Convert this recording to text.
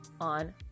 on